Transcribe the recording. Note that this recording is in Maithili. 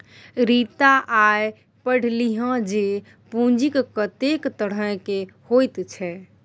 रीता आय पढ़लीह जे पूंजीक कतेक तरहकेँ होइत छै